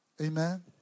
Amen